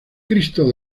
cristo